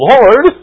Lord